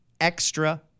extra